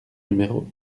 numéro